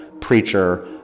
preacher